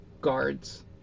guards